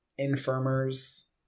Infirmers